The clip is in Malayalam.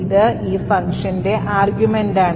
ഇത് ഈ ഫംഗ്ഷന്റെ ആർഗ്യുമെന്റാണ്